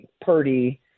Purdy